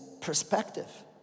perspective